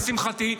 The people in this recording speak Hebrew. לשמחתי,